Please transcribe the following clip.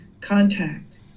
contact